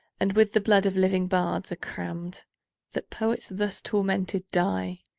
and with the blood of living bards are cramm'd that poets thus tormented die,